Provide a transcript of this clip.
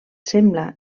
sembla